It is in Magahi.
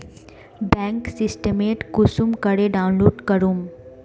बैंक स्टेटमेंट कुंसम करे डाउनलोड करूम?